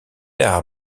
art